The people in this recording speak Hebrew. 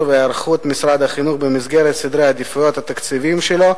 והיערכות משרד החינוך במסגרת סדרי העדיפות התקציביים שלו,